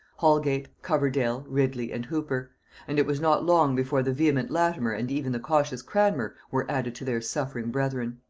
holgate, coverdale, ridley, and hooper and it was not long before the vehement latimer and even the cautious cranmer were added to their suffering brethren.